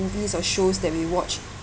movies or shows that we watch